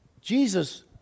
Jesus